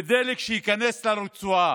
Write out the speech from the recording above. ממע"מ לדלק שייכנס לרצועה.